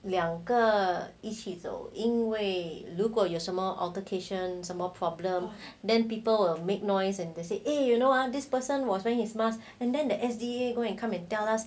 两个一起走因为如果有什么 altercations 什么 problem then people will make noise and say you know ah this person was wearing his mask and then the S_D_A will come and tell us